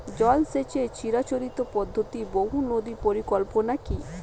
জল সেচের চিরাচরিত পদ্ধতি বহু নদী পরিকল্পনা কি?